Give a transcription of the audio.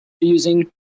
using